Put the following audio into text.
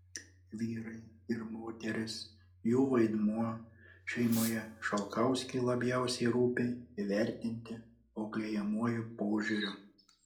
vyrai ir moterys jų vaidmuo šeimoje šalkauskiui labiausiai rūpi įvertinti auklėjamuoju požiūriu